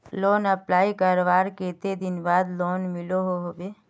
Loan apply करवार कते दिन बाद लोन मिलोहो होबे?